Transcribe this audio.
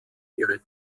ihre